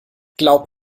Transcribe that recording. glaub